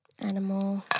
animal